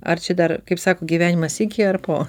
ar čia dar kaip sako gyvenimas iki ar po